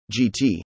GT